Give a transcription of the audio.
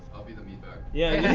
i'll be the meat bag yeah yeah